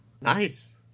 Nice